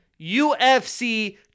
UFC